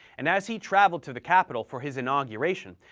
and as he traveled to the capital for his inauguration,